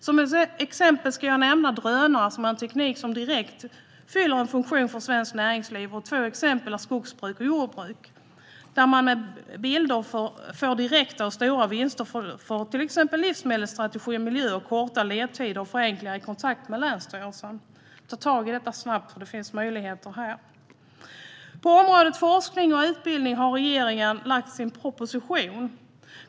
Som exempel ska jag nämna drönare, som är en teknik som fyller en direkt funktion för svenskt näringsliv. Två exempel är skogsbruk och jordbruk, där man med bilder får direkta och stora vinster för livsmedelsstrategi och miljö liksom korta ledtider och förenklingar i kontakt med länsstyrelser. Ta tag i detta snabbt! Det finns möjligheter här. På området forskning och utbildning har regeringen lagt fram sin proposition.